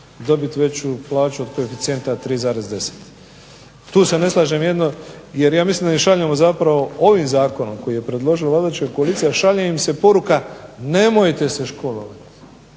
dobiti veću plaću od koeficijenta 3,10. Tu se ne slažem jer ja mislim da im šaljemo zapravo ovim zakonom koji je predložila vladajuća koalicija šalje im se poruka nemojte se školovati,